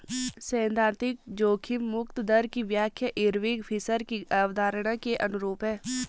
सैद्धांतिक जोखिम मुक्त दर की व्याख्या इरविंग फिशर की अवधारणा के अनुरूप है